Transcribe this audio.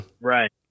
Right